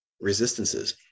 resistances